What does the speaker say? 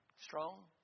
strong